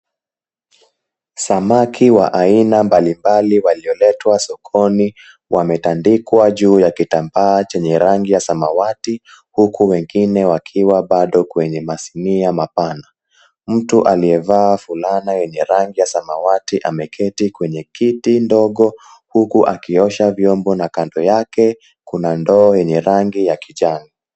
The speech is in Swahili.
Samaki wa aina mbalimbali walioletwa sokoni wametandikwa juu ya kitambaa chenye rangi ya samawati, huku wengine wakiwa bado kwenye masinia mapana. Mtu aliyevaa fulana yenye rangi ya samawati ameketi kwenye kiti ndogo, huku akiosha vyombo na kando yake kuna ndoo yenye rangi ya kijani.